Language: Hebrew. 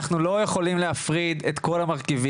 אנחנו לא יכולים להפריד את כל המרכיבים,